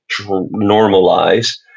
normalize